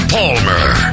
Palmer